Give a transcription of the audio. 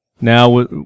Now